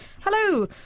Hello